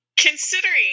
Considering